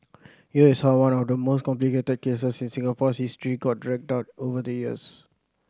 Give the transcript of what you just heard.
here is how one of the most complicated cases in Singapore's history got dragged out over the years